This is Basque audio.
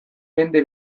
mende